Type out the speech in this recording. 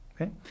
okay